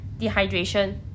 Dehydration